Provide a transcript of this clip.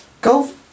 Go